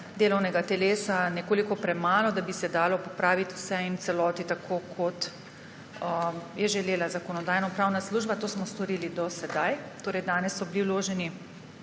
delovnega telesa nekoliko premalo, da bi se dalo popraviti vse in v celoti tako, kot je želela Zakonodajno-pravna služba. To smo storili do sedaj. Danes so bili vloženi